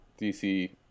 DC